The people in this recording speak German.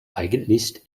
eigentlich